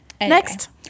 Next